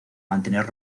mantener